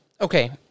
okay